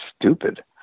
stupid